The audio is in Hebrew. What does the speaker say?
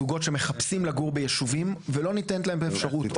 רואה גם את אותם זוגות שמחפשים לגור ביישובים ולא ניתנת להם אפשרות,